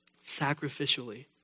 sacrificially